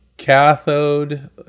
cathode